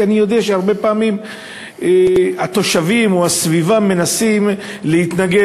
אני יודע שהרבה פעמים התושבים או הסביבה מנסים להתנגד,